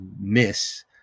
miss